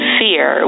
fear